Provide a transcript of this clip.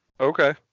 Okay